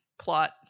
plot